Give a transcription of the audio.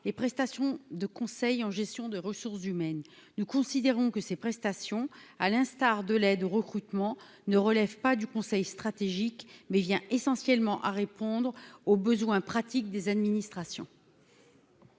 les prestations de conseil en gestion de ressource humaine, nous considérons que ces prestations, à l'instar de l'aide au recrutement ne relève pas du Conseil stratégique mais vient essentiellement à répondre aux besoins pratiques des administrations.